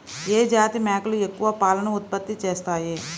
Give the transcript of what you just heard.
ఏ జాతి మేకలు ఎక్కువ పాలను ఉత్పత్తి చేస్తాయి?